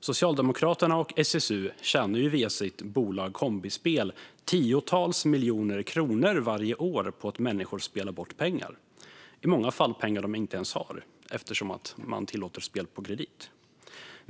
Socialdemokraterna och SSU tjänar ju via sitt bolag Kombispel tiotals miljoner kronor varje år på att människor spelar bort pengar, i många fall pengar som de inte har, eftersom man tillåter spel på kredit.